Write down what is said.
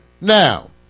Now